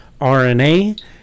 RNA